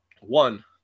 one